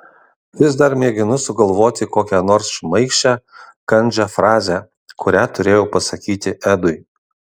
vis dar mėginu sugalvoti kokią nors šmaikščią kandžią frazę kurią turėjau pasakyti edui